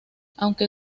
aunque